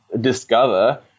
discover